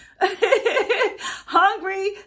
Hungry